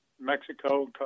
Mexico